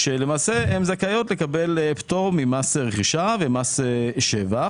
עמותות לא יודעות שהן זכאיות לקבל פטור ממס רכישה וממס שבח